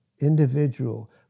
individual